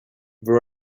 there